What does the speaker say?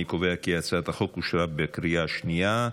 אני קובע כי הצעת החוק אושרה בקריאה השנייה.